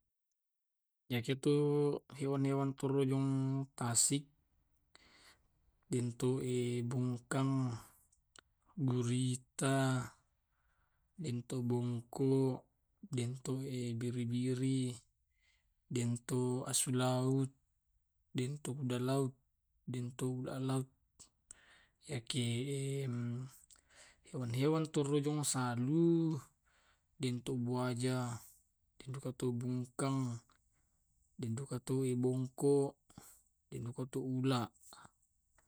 Yakitu hewan- hewan turrojong tasi. intui bungkang, gurita, intu bungku, intu biri-biri, intu asu laut, intu kuda laut, intu bulan laut. Yakie hewan- hewan turujung masalu, intu waja, intu bungkang, intu bungko, intui to ula.